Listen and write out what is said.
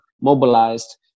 mobilized